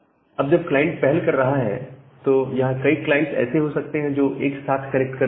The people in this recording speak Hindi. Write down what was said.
अब जब क्लाइंट पहल कर रहा है तो यहां कई क्लाइंट्स ऐसे हो सकते हैं जो एक साथ कनेक्ट कर रहे हो